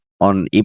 on